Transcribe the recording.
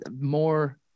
more